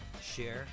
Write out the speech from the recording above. share